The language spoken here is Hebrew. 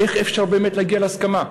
איך אפשר באמת להגיע להסכמה?